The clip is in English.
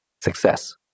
success